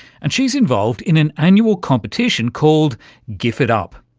and she's involved in an annual competition called gifitup,